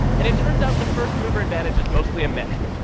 and it turns out the first-mover advantage is mostly a myth.